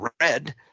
red